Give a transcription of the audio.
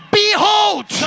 behold